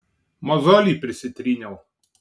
mozolį prisitryniau